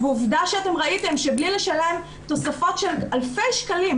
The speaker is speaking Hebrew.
ועובדה שאתם ראיתם שבלי לשלם תוספות של אלפי שקלים,